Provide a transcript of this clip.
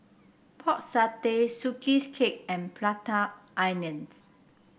Pork Satay Sugee 's Cake and Prata Onions